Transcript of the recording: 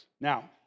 Now